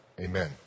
Amen